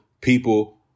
people